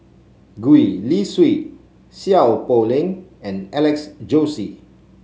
Gwee Li Sui Seow Poh Leng and Alex Josey